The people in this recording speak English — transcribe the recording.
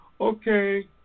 okay